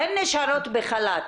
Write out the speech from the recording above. הן נשארות בחל"ת.